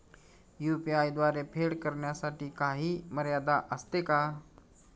UPI द्वारे फेड करण्यासाठी काही मर्यादा असते का?